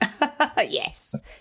Yes